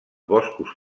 boscos